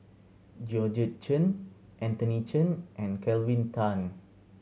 Georgette Chen Anthony Chen and Kelvin Tan